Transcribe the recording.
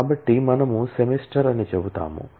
కాబట్టి మనము సెమిస్టర్ అని చెప్తాము